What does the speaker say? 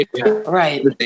right